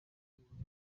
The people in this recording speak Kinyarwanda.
n’ubugome